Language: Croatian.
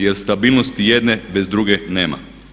Jer stabilnosti jedne bez druge nema.